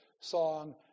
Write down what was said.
song